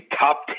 top